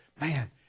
man